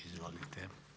Izvolite.